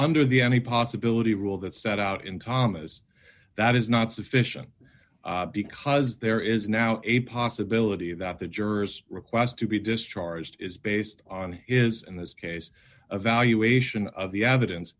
under the any possibility rule that set out in thomas that is not sufficient because there is now a possibility that the jurors request to be discharged is based on his and his case evaluation of the evidence